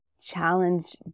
challenge